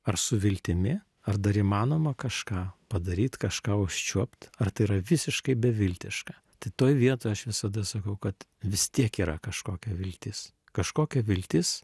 ar su viltimi ar dar įmanoma kažką padaryt kažką užčiuopt ar tai yra visiškai beviltiška tai toj vietoj aš visada sakau kad vis tiek yra kažkokia viltis kažkokia viltis